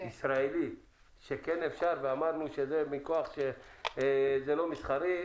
ישראלי שכן אפשר, ואמרנו שזה מכוח שזה לא מסחרי?